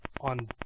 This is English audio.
on